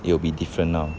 it'll be different now